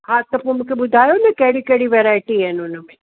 हा त पोइ मूंखे ॿुधायो न कहिड़ी कहिड़ी वैराइटी आहिनि उन में